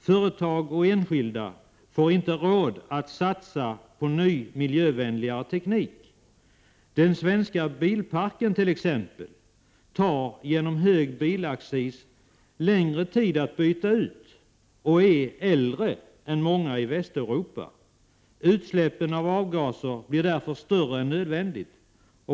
Företag och enskilda får inte råd att satsa på ny, miljövänligare teknik. Den svenska bilparken tar t.ex. genom hög bilaccis längre tid att byta ut och är äldre än många i Västeuropa. Utsläppen av avgaser blir därför större än nödvändigt.